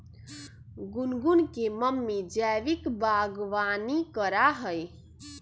गुनगुन के मम्मी जैविक बागवानी करा हई